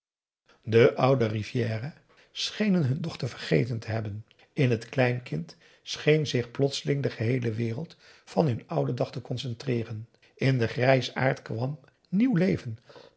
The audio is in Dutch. de oude lui rivière schenen hun dochter vergeten te hebben in het kleinkind scheen zich plotseling de geheele wereld van hun ouden dag te concentreeren in den grijsaard kwam nieuw leven